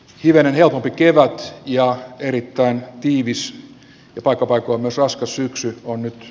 hivenen helpompi tiedot ja erittäin tiivis paikkapaikoin myös raskas syksy on nyt